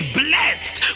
blessed